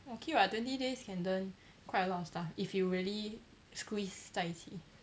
okay [what] twenty days can learn quite a lot of stuff if you really squeeze 在一起